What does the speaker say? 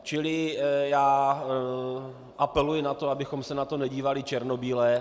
Čili já apeluji na to, abychom se na to nedívali černobíle.